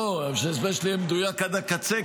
לא, שההסבר שלי יהיה מדויק עד הקצה.